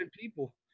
people